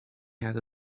had